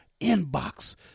inbox